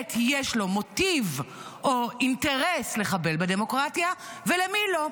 באמת יש מוטיב או אינטרס לחבל בדמוקרטיה, ולמי לא.